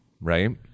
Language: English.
right